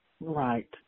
Right